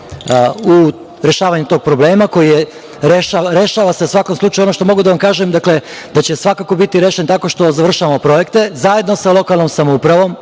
u rešavanju tog problema. U svakom slučaju, ono što mogu da vam kažem je da će svakako biti rešen tako što završavamo projekte zajedno sa lokalnom samoupravom. Dakle,